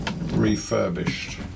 refurbished